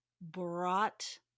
brought